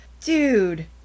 dude